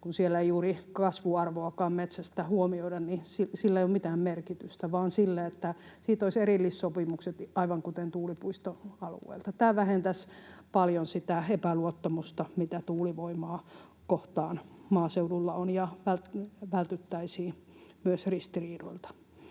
kun siellä ei juuri kasvuarvoakaan metsästä huomioida, ei ole mitään merkitystä, vaan sillä, että siitä olisi erillissopimukset, aivan kuten tuulipuistoalueilta. Tämä vähentäisi paljon sitä epäluottamusta, mitä tuulivoimaa kohtaan maaseudulla on, ja vältyttäisiin myös ristiriidoilta.